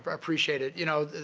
ah appreciate it. you know,